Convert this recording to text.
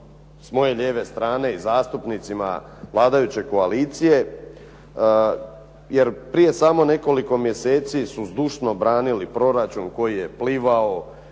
s moje lijeve strane zastupnicima vladajuće koalicije jer prije samo nekoliko mjeseci su zdušno branili proračun koji je plivao,